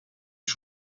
ich